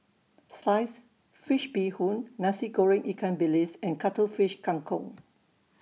Sliced Fish Bee Hoon Nasi Goreng Ikan Bilis and Cuttlefish Kang Kong